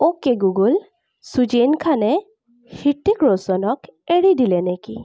okay Google চুজেইন খানে হৃত্ত্বিক ৰোশনক এৰি দিলে নেকি